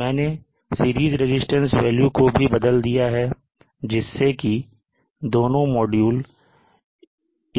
मैंने series resistance value को भी बदल दिया है जिससे कि दोनों मॉड्यूल